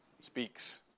Speaks